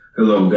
Hello